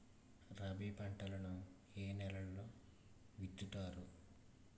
రబీ పంటలను ఏ నెలలో విత్తుతారు?